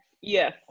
Yes